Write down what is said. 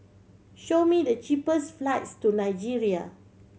show me the cheapest flights to Nigeria